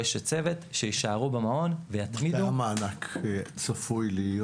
או אשת צוות שיישארו במעון ויתמידו --- כמה המענק צפוי להיות?